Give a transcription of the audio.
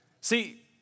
See